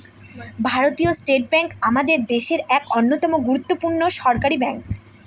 ভারতীয় state bank আমাদের দেশের এক অন্যতম গুরুত্বপূর্ণ সরকারি ব্যাঙ্ক